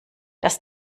dass